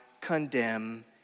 condemn